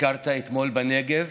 ביקרת אתמול בנגב,